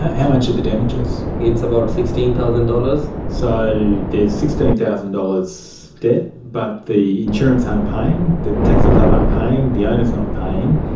how much are the damages? it's about sixteen thousand dollars. so there's sixteen thousand dollars debt, but the insurance aren't paying, the taxi club aren't paying, the owner's not paying,